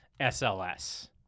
SLS